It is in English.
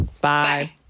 Bye